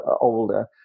older